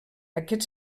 aquest